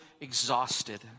exhausted